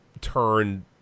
turn